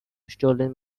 stolen